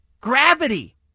gravity